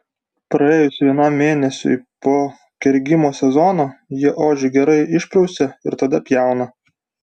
praėjus vienam mėnesiui po kergimo sezono jie ožį gerai išprausia ir tada pjauna